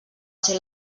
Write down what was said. ser